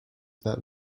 that